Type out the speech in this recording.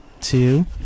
two